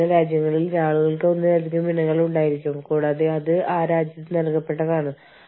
പ്രവർത്തനങ്ങളിൽ ആദ്യത്തേത് ഒരു മൾട്ടി നാഷണൽ എന്റർപ്രൈസസിൽ വിവിധ രാജ്യങ്ങത്തെ പ്രവർത്തനങ്ങളുടെ പരസ്പരബന്ധം